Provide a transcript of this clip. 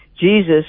Jesus